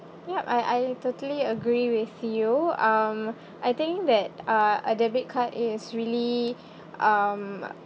yup I I totally agree with you um I think that uh a debit card is really um